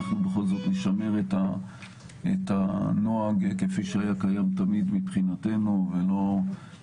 אנחנו בכל זאת נשמר את הנוהג כפי שקיים תמיד מבחינתנו ואני